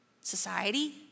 society